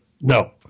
No